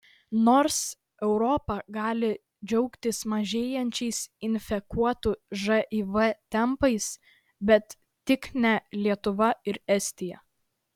nors europa gali džiaugtis mažėjančiais infekuotųjų živ tempais bet tik ne lietuva ir estija